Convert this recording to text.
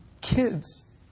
Kids